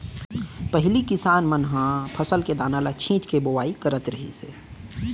पहिली किसान मन ह फसल के दाना ल छिंच के बोवाई करत रहिस हे